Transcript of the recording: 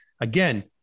again